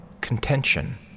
contention